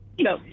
No